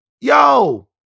yo